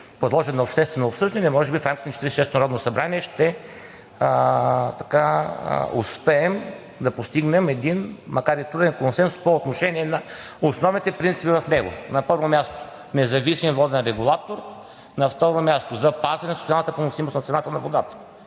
подложен на обществено обсъждане. Може би в рамките на 46-ото народно събрание ще успеем да постигнем един, макар и труден консенсус по отношение на основните принципи в него. На първо място, независим воден регулатор. На второ място, запазване на социалната поносимост на цената на водата,